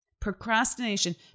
Procrastination